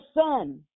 son